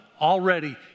already